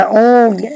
old